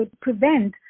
prevent